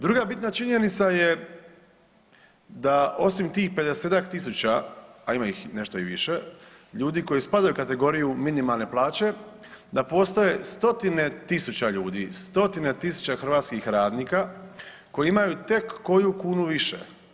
Druga bitna činjenica je da osim tih 50-ak tisuća, a ima ih nešto i više ljudi koji spadaju u kategoriju minimalne plaće da postoje stotine tisuća ljudi, stotine tisuća hrvatskih radnika koji imaju tek koju kunu više.